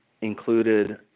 included